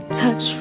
touch